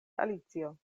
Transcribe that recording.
alicio